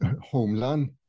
homeland